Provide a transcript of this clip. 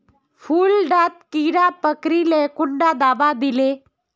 फुल डात कीड़ा पकरिले कुंडा दाबा दीले?